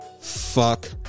fuck